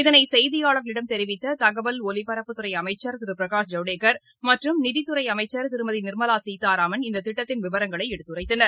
இதனைசெய்தியாளர்களிடம் தெரிவித்ததகவல் ஒலிபரப்புத் துறைஅமைச்சர் திருபிரகாஷ் ஜவ்டேகர் மற்றும் நிதித்துறைஅமைச்சர் திருமதிநிர்மலாசீதாராமன் இந்ததிட்டத்தின் விவரங்களைஎடுத்துரைத்தளர்